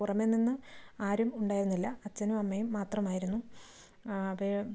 പുറമേ നിന്ന് ആരും ഉണ്ടായിരുന്നില്ല അച്ഛനും അമ്മയും മാത്രമായിരുന്നു അവയെ